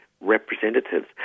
representatives